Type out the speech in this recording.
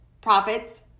profits